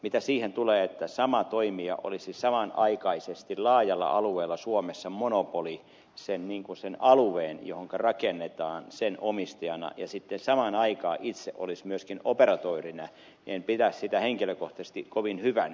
mitä siihen tulee että samalla toimijalla olisi samanaikaisesti laajalla alueella suomessa monopoli sen alueen johonka rakennetaan omistajana ja sitten samaan aikaan itse myöskin operatöörinä en pidä sitä henkilökohtaisesti kovin hyvänä